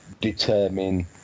determine